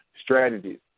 strategies